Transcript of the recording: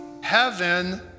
heaven